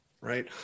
right